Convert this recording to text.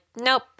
nope